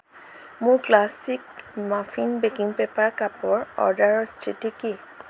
মোৰ classic muffin baking paper কাপৰ অৰ্ডাৰৰ স্থিতি কি